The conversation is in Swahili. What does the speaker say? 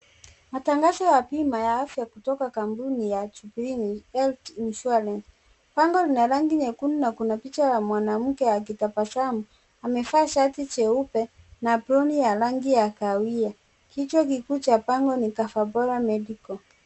Matangazo ya bima ya afya kutoka kampuni ya Jubilee Health Insurance. Bango lina rangi nyekundu na kuna picha ya mwanamke akitabasamu. Amevaa shati jeupe na aproni ya rangi ya kahawia. Kichwa kikuu cha bango ni Cover Bora Medical .